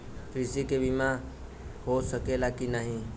कृषि के बिमा हो सकला की ना?